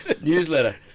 newsletter